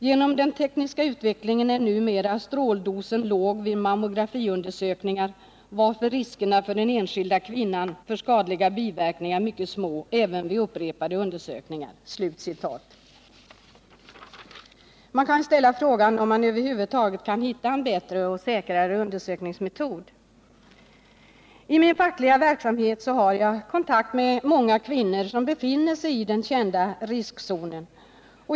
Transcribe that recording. Genom den tekniska utvecklingen är numera stråldosen låg vid mammografiundersökning varför riskerna för den enskilda kvinnan för skadliga biverkningar är mycket små även vid upprepade undersökningar.” Man kan ställa frågan om man över huvud taget kan hitta en bättre och säkrare undersökningsmetod. I min fackliga verksamhet har jag kontakt med många kvinnor som befinner sig i den kända riskzonen.